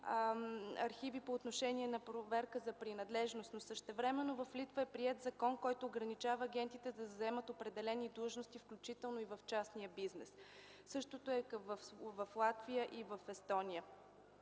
архиви по отношение на проверка за принадлежност, но същевременно в Литва е приет закон, който ограничава агентите да заемат определени длъжности, включително и в частния бизнес. Същото е в Латвия и в Естония.